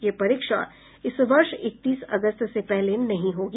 यह परीक्षा इस वर्ष इकतीस अगस्त से पहले नहीं होगी